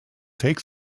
take